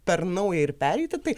per naują ir pereiti tai